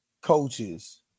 coaches